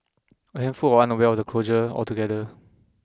a handful were unaware of the closure altogether